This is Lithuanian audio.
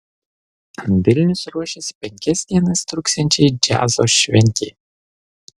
vilnius ruošiasi penkias dienas truksiančiai džiazo šventei